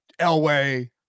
Elway